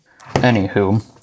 anywho